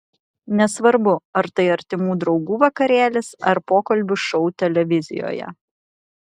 nesvarbu ar tai artimų draugų vakarėlis ar pokalbių šou televizijoje